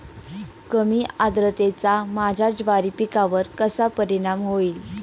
कमी आर्द्रतेचा माझ्या ज्वारी पिकावर कसा परिणाम होईल?